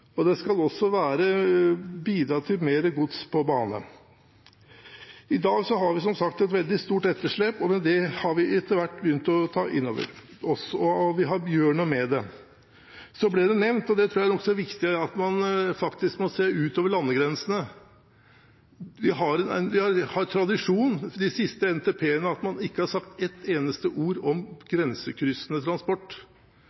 regioner, den skal bygge byene sammen, og den skal bidra til mer gods på bane. I dag har vi som sagt et veldig stort etterslep, det har vi etter hvert begynt å ta inn over oss, og vi gjør noe med det. Så ble det nevnt – og jeg tror det er nokså viktig – at man faktisk må se utover landegrensene. Man har i de siste NTP-ene tradisjon for at man ikke har sagt ett eneste ord om grensekryssende transport.